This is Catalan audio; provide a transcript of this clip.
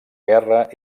guerra